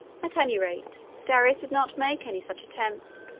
at any rate, darius did not make any such attempt,